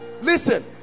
listen